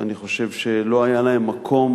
אני חושב שלא היה מקום.